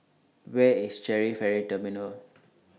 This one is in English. Where IS Changi Ferry Terminal